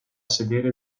sedere